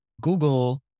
Google